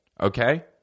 Okay